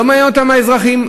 לא מעניינים אותם האזרחים,